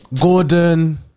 Gordon